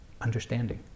understanding